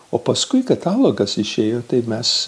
o paskui katalogas išėjo tai mes